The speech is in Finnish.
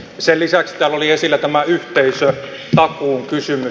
sen lisäksi täällä oli esillä tämä yhteisötakuun kysymys